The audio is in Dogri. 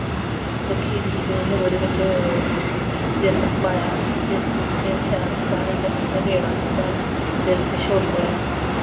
रक्खी दी ही ते फिर ओह्दे बिच बेसन पाया बेसन गी फिर शैल मधानी कन्नै शैल रेड़ा दित्ता फिर उसी छोल्लेआ